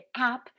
app